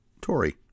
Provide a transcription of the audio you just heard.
Tory